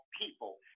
people